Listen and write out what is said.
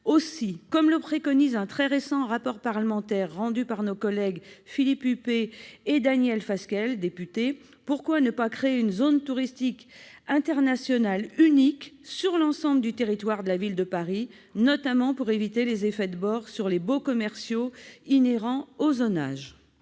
Aussi, comme le préconise un très récent rapport parlementaire rendu par nos collègues députés Philippe Huppé et Daniel Fasquelle, pourquoi ne pas créer une zone touristique internationale unique sur l'ensemble du territoire de la ville de Paris, notamment pour éviter les effets de bord sur les baux commerciaux inhérents au zonage